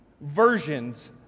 versions